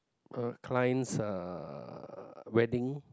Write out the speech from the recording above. uh client's uh wedding